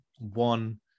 one